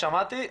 שמעתי,